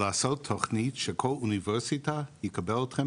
לעשות תכנית שכל אוניברסיטה תקבל אתכם